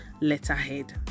letterhead